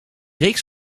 reeks